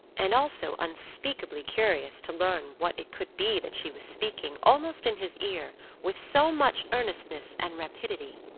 and also unspeakably curious to learn what it could be that she was speaking, almost in his ear, with so much earnestness and rapidity.